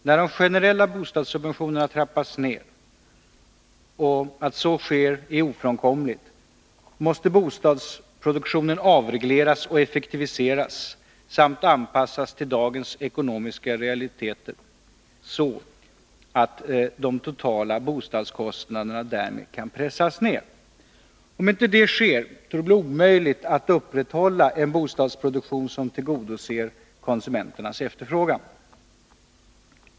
När de generella bostadssubventionerna trappas ned — och att så sker är ofrånkomligt — måste bostadsproduktionen avregleras och effektiviseras samt anpassas till dagens ekonomiska realiteter, så att de totala bostadskostnaderna därmed kan pressas ned. Om inte detta sker, torde det bli omöjligt att upprätthålla en bostadsproduktion som tillgodoser konsumenternas efterfrågan.